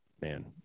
man